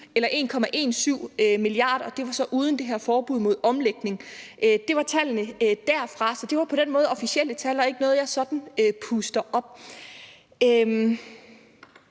til 1,17 mia. kr., og det var så uden det her forbud mod omlægning. Det var tallene derfra, så det var på den måde officielle tal og ikke bare noget, jeg sådan puster op.